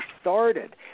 started